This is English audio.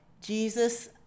Jesus